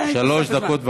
שלוש דקות.